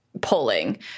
polling